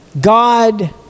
God